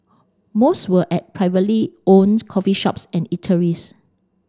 most were at privately owned coffee shops and eateries